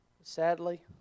Sadly